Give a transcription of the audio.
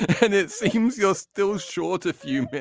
and it seems you're still short a few but